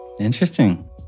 Interesting